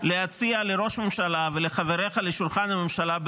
להציע לראש הממשלה ולחבריך לשולחן הממשלה,